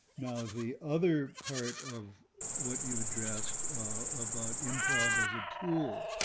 now the other part of what you addressed about improv as a tool,